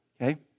Okay